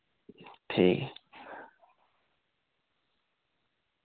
ठीक ऐ